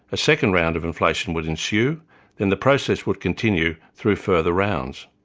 a second round of inflation would ensue and the process would continue through further rounds.